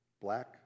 black